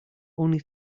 only